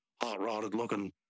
hot-rodded-looking